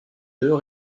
deux